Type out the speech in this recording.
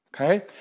Okay